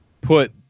put